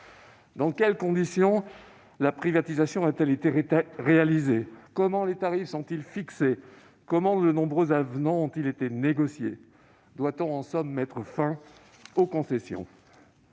Dans quelles conditions la privatisation a-t-elle été réalisée ? Comment les tarifs sont-ils fixés ? Comment les nombreux avenants ont-ils été négociés ? Doit-on, en somme, mettre fin aux concessions ?